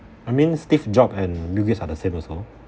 I mean steve jobs and bill gates are the same also